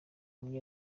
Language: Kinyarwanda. kuri